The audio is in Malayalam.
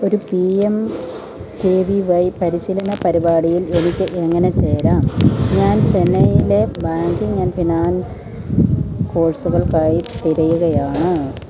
ഒരു P M K V Y പരിശീലന പരിപാടിയിൽ എനിക്ക് എങ്ങനെ ചേരാം ഞാൻ ചെന്നൈയിലെ ബാങ്കിംഗ് ആൻഡ് ഫിനാൻസ് കോഴ്സുകൾക്കായി തിരയുകയാണ്